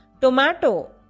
tomato